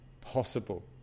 possible